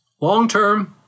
Long-term